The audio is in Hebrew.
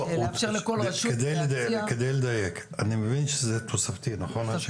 לא, על מנת לדייק, אני מבין שזה תוספתי, נכון?